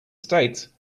states